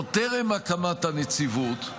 עוד טרם הקמת הנציבות,